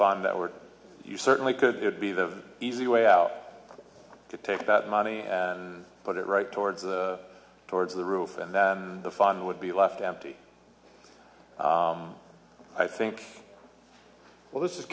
fund that we're you certainly could be the easy way out to take that money and put it right towards the towards the roof and then the fund would be left empty i think well this is